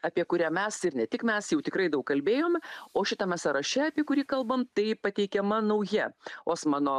apie kurią mes ir ne tik mes jau tikrai daug kalbėjom o šitame sąraše apie kurį kalbam tai pateikiama nauja osmano